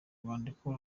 rwandiko